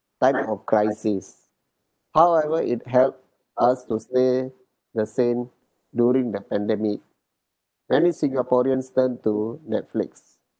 time of crisis however it help us to stay the same during the pandemic many singaporeans turn to netflix